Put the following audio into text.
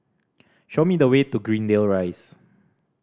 show me the way to Greendale Rise